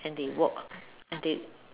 and they walk and they